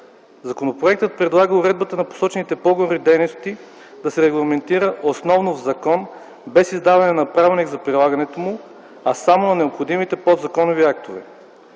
Законопроектът предлага уредбата на посочените по-горе дейности да се регламентира основно в закон без издаване на правилник за прилагането му, а само на необходимите подзаконови актове.